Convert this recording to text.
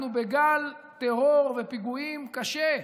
אנחנו בגל טרור ופיגועים קשה,